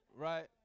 right